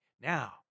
Now